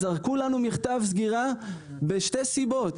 זרקו לנו מכתב סגירה משתי סיבות,